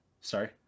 Sorry